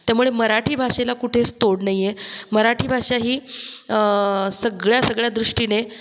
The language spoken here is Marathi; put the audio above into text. त्यामुळे मराठी भाषेला कुठेच तोड नाही आहे मराठी भाषा ही सगळ्या सगळ्या दृष्टीने